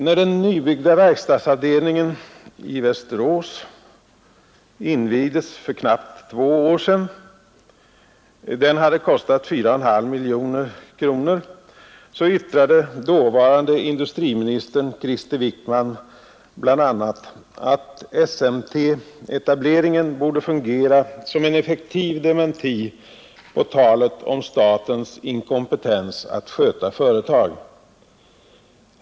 När den nybyggda verkstadsavdelningen i Västerås, som hade kostat 4,5 miljoner kronor, invigdes för knappt två år sedan yttrade dåvarande industriministern Krister Wickman bl.a. att SMT-etableringen borde fungera som en effektiv dementi på talet om statens inkompetens att sköta företag.